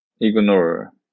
ignore